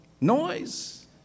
noise